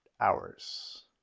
hours